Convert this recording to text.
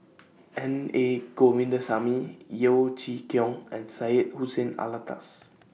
N A Govindasamy Yeo Chee Kiong and Syed Hussein Alatas